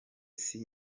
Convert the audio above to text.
isi